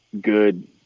good